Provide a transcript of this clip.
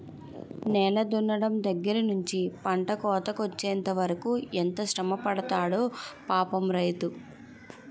నేల దున్నడం దగ్గర నుంచి పంట కోతకొచ్చెంత వరకు ఎంత శ్రమపడతాడో పాపం రైతు